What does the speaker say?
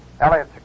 Elliot